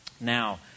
now